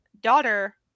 daughter